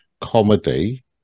comedy